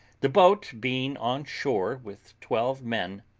the boat being on shore with twelve men,